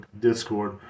Discord